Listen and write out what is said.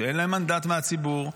שאין להם מנדט מהציבור,